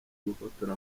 gufotora